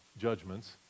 judgments